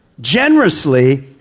generously